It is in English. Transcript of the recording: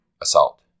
assault